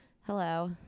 Hello